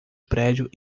prédio